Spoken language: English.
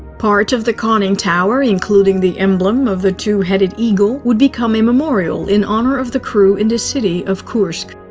part of the conning tower, tower, including the emblem of the two-headed eagle, would become a memorial in honor of the crew in the city of kursk.